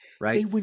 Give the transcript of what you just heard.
right